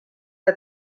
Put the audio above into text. que